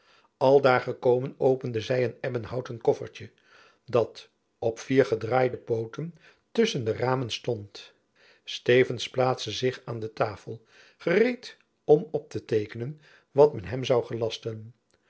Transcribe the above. aldaar gekomen opende zy een ebbenhouten koffertjen dat op vier gedraaide pooten tusschen de ramen stond stevensz plaatste zich aan de tafel gereed om op te teekenen wat men hem zoû gelasten